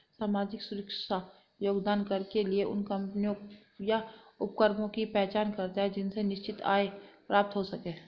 सामाजिक सुरक्षा योगदान कर के लिए उन कम्पनियों या उपक्रमों की पहचान करते हैं जिनसे निश्चित आय प्राप्त हो सके